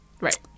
Right